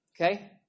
okay